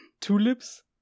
tulips